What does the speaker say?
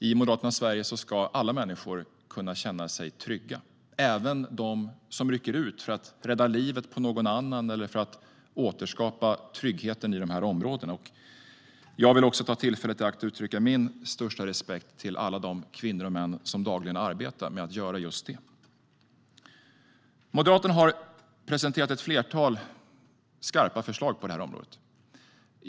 I Moderaternas Sverige ska alla människor kunna känna sig trygga, även de som rycker ut för att rädda livet på någon annan eller för att återskapa tryggheten i dessa områden. Jag vill ta tillfället i akt att uttrycka min största respekt för alla de kvinnor och män som dagligen arbetar med att göra just detta. Moderaterna har presenterat ett flertal skarpa förslag på detta område.